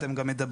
אתם גם מדברים,